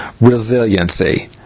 resiliency